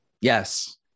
Yes